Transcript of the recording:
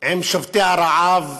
עם שובתי הרעב,